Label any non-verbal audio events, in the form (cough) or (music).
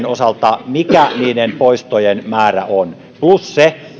(unintelligible) osalta mikä niiden poistojen määrä on plus se